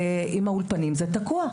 ועם האולפנים זה תקוע.